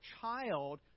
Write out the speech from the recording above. child